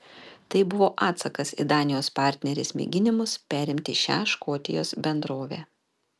tai buvo atsakas į danijos partnerės mėginimus perimti šią škotijos bendrovę